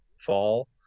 fall